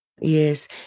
Yes